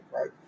right